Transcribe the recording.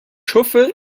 hoffe